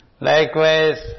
Likewise